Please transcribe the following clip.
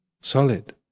solid